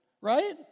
right